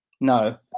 No